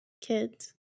kids